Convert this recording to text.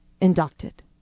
inducted